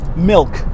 milk